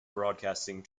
broadcasting